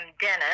Dennis